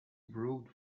rode